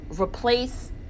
replace